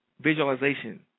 visualization